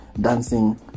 dancing